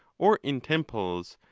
or in temples,